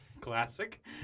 Classic